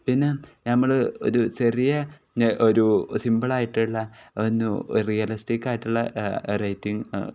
പിന്നെ നമ്മൾ ഒരു ചെറിയ ഒരു സിമ്പിള ആയിട്ടുള്ള ഒന്ന് റിയലിസ്റ്റിക്ക് ആയിട്ടുള്ള റേറ്റിംഗ